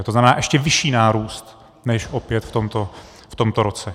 To znamená ještě vyšší nárůst než opět v tomto roce.